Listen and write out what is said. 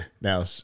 Now